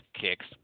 kicks